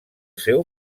seu